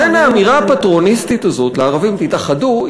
לכן האמירה הפטרוניסטית לערבים: תתאחדו,